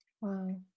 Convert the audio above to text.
Wow